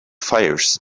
fires